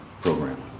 program